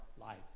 life